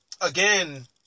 again